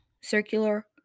circular